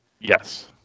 Yes